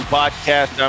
podcast